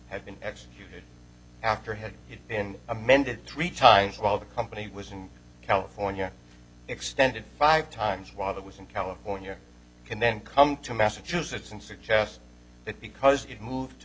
had been executed after had it been amended three times while the company was in california extended five times while that was in california can then come to massachusetts and suggest that because it moved to